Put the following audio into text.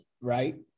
right